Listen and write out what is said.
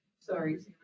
Sorry